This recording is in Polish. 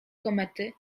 komety